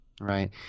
right